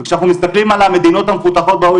וכשאנחנו מסתכלים על המדינות המפותחות ב-??